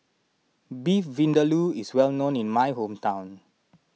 Beef Vindaloo is well known in my hometown